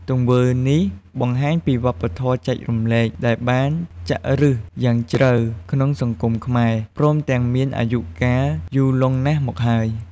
ទង្វើនេះបង្ហាញពីវប្បធម៌ចែករំលែកដែលបានចាក់ឬសយ៉ាងជ្រៅក្នុងសង្គមខ្មែរ ព្រមទាំងមានអាយុកាលយូរលង់ណាស់មកហើយ។